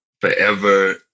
Forever